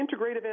integrative